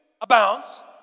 abounds